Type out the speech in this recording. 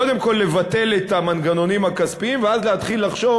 קודם כול לבטל את המנגנונים הכספיים ואחר כך להתחיל לחשוב